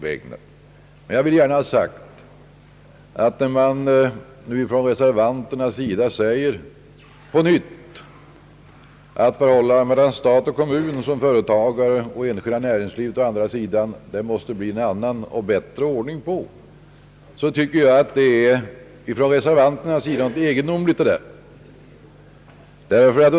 Men när reservanterna nu återigen säger att det måste bli en annan och bättre ordning på förhållandet mellan å ena sidan stat och kommun som företagare och å andra sidan det enskilda näringslivet, så tycker jag att reservanternas ställningstagande är litet egendomligt.